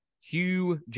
Hugh